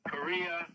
Korea